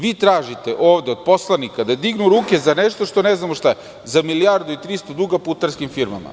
Vi tražite ovde, od poslanika, da dignu ruke za nešto što ne znamo šta je, za 1.300.000 duga putarski firmama.